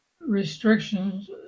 restrictions